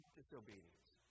disobedience